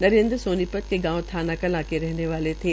नरेंद्र सोनीपत के गांव थाना कलां के रहने वाले थे